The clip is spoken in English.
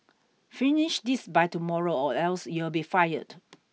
finish this by tomorrow or else you'll be fired